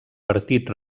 partit